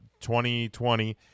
2020